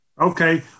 Okay